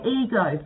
ego